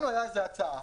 לנו הייתה הצעה.